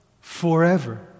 forever